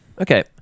Okay